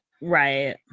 Right